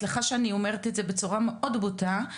סליחה שאני אומרת את זה בצורה מאוד בוטה,